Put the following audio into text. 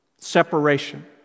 Separation